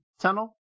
tunnel